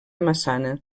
massana